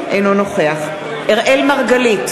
אינו נוכח אראל מרגלית,